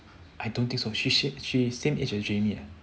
I don't think so she she same age as jamie eh